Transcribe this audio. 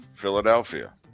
Philadelphia